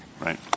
right